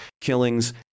killings